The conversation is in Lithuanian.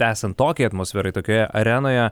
esant tokiai atmosferai tokioje arenoje